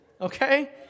okay